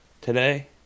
today